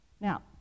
Now